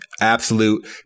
absolute